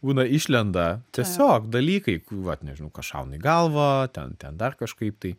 būna išlenda tiesiog dalykai vat nežinau kas šauna į galvą ten ten dar kažkaip tai